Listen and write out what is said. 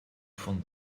von